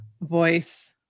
voice